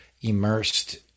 immersed